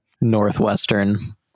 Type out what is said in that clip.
northwestern